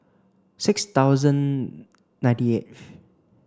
six thousand ninety eighth